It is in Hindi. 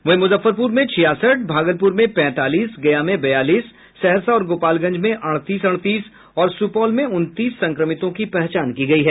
वहीं मुजफ्फरपुर में छियासठ भागलपुर में पैंतालीस गया में बयालीस सहरसा और गोपालगंज में अड़तीस अड़तीस और सुपौल में उनतीस संक्रमितों की पहचान की गयी है